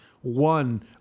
one